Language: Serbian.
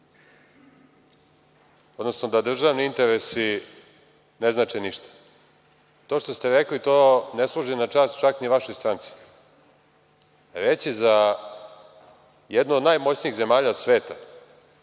odnosno da državni interesi ne znače ništa. To što ste rekli ne služi na čast čak ni vašoj stranci. Reći za jednu od najmoćnijih zemalja sveta,